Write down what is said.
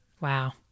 Wow